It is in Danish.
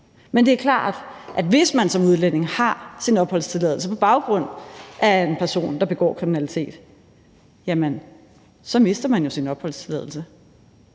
Men det er klart, at hvis man som udlænding har sin opholdstilladelse på baggrund af en person, der begår kriminalitet, så mister man jo sin opholdstilladelse.